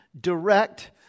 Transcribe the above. direct